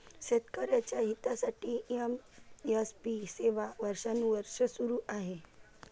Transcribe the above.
शेतकऱ्यांच्या हितासाठी एम.एस.पी सेवा वर्षानुवर्षे सुरू आहे